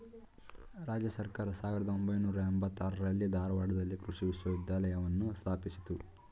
ರಾಜ್ಯ ಸರ್ಕಾರ ಸಾವಿರ್ದ ಒಂಬೈನೂರ ಎಂಬತ್ತಾರರಲ್ಲಿ ಧಾರವಾಡದಲ್ಲಿ ಕೃಷಿ ವಿಶ್ವವಿದ್ಯಾಲಯವನ್ನು ಸ್ಥಾಪಿಸಿತು